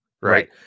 Right